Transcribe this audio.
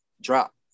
Drop